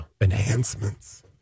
enhancements